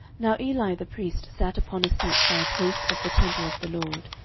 now eli the priest sat upon a seat by a post of the temple of the lord.